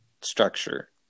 structure